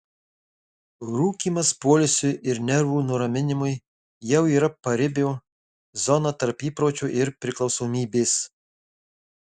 rūkymas poilsiui ir nervų nuraminimui jau yra paribio zona tarp įpročio ir priklausomybės